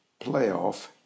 playoff